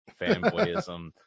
fanboyism